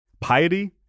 Piety